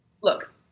look